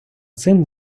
цим